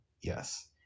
Yes